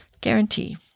Guarantee